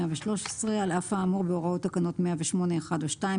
אף האמור בהוראות תקנות 108(1) או (2),